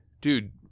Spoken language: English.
dude